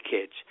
kids